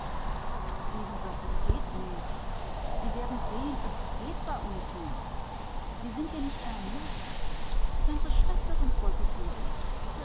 es geht nicht sie werden sehen es geht bei uns nicht sie sind hier nicht in amerika die ganze stadt wird uns